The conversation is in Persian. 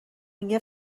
میگه